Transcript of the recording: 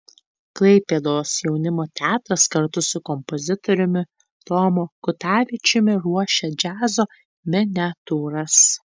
klaipėdos jaunimo teatras kartu su kompozitoriumi tomu kutavičiumi ruošia džiazo miniatiūras